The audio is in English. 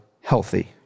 Healthy